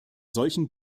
solchen